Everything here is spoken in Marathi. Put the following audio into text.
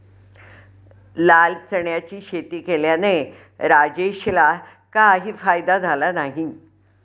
लाल चण्याची शेती केल्याने राजेशला काही फायदा झाला नाही